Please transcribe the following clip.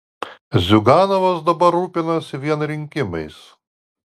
ziuganovas dabar rūpinasi vien rinkimais